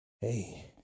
hey